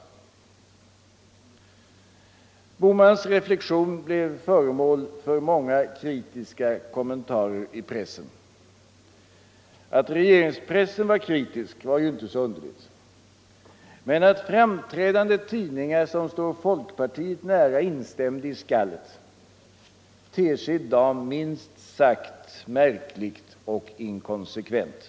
Torsdagen den Herr Bohmans reaktion blev föremål för många kritiska kommentarer 12 december 1974 i pressen. Att regeringspressen var kritisk var inte så underlig, men att framträdande tidningar som står folkpartiet nära instämde i skallet — Ytterligare insatser ter sig i dag minst sagt märkligt och inkonsekvent.